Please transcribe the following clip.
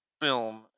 film